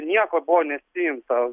nieko buvo nesiimta